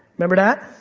remember that?